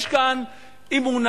יש כאן אמונה,